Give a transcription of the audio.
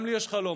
גם לי יש חלום,